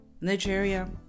Nigeria